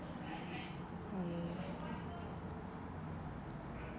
mm yeah okay yeah